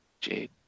Jade